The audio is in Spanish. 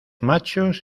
machos